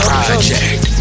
project